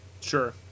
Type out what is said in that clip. sure